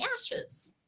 ashes